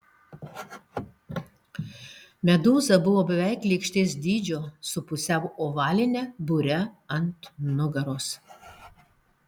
medūza buvo beveik lėkštės dydžio su pusiau ovaline bure ant nugaros